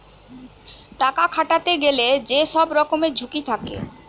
টাকা খাটাতে গেলে যে সব রকমের ঝুঁকি থাকে